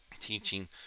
teaching